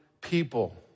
people